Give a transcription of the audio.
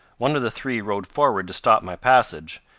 one of the three rode forward to stop my passage,